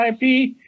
IP